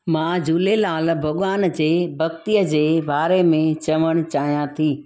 मां झूलेलाल भॻवान जे भॻितीअ जे बारे में चवणु चाहियां थी